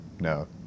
No